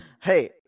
Hey